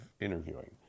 interviewing